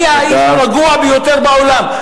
אני האיש הרגוע ביותר בעולם,